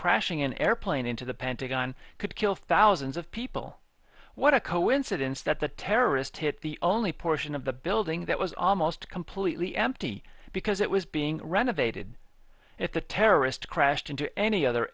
crashing an airplane into the pentagon could kill thousands of people what a coincidence that the terrorist hit the only portion of the building that was almost completely empty because it was being renovated at the terrorist crashed into any other